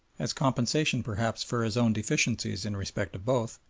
as compensation perhaps for his own deficiencies in respect of both,